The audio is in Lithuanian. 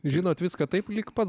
žinot viską taip lyg pats